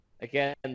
Again